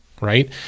right